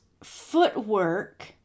footwork